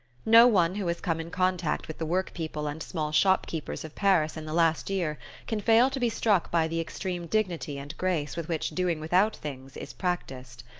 no one who has come in contact with the work-people and small shop-keepers of paris in the last year can fail to be struck by the extreme dignity and grace with which doing without things is practised.